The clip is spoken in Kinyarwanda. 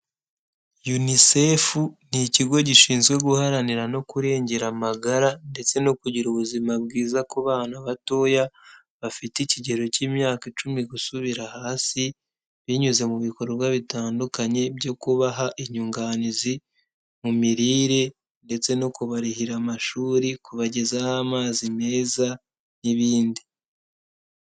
UNICEF ni ikigo gishinzwe guharanira no kurengera amagara, ndetse no kugira ubuzima bwiza ku bana batoya, bafite ikigero cy'imyaka icumi gusubira hasi, binyuze mu bikorwa bitandukanye, byo kubaha inyunganizi mu mirire, ndetse no kubarihira amashuri, kubagezaho amazi meza, n'ibindi.